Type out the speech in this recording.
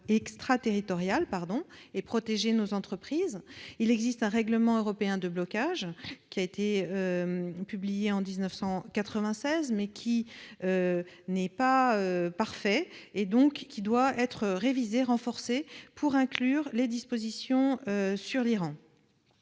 extraterritoriales et protéger nos entreprises. S'il existe un règlement européen de blocage, publié en 1996, celui-ci n'est pas parfait et doit donc être révisé, renforcé, afin d'inclure les dispositions sur l'Iran.